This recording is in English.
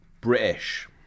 British